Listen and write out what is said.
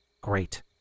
Great